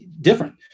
different